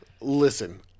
Listen